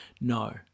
No